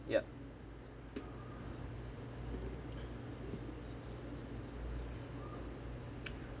yup